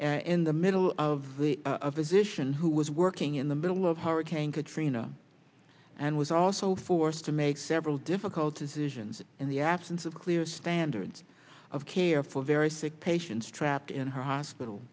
in the middle of the of physicians who was working in the middle of hurricane katrina and was also forced to make several difficult decisions in the absence of clear standards of care for very sick patients trapped in her hospital